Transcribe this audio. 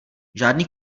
žádný